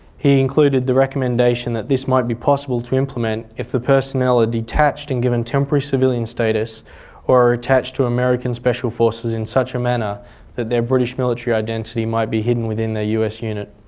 he included the recommendation that this might be possible to implement if the personnel are detached and given temporary civilian status or are attached to american special forces in such a manner that their british military identity might be hidden within their us unit.